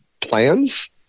plans